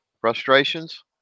frustrations